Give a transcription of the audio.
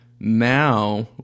now